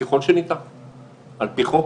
ככל שניתן על פי חוק.